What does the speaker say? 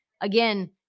again